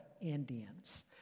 Indians